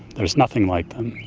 there's nothing like them.